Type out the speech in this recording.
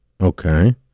Okay